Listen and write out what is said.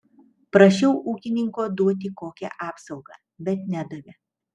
prašiau ūkininko duoti kokią apsaugą bet nedavė